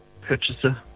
purchaser